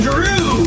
Drew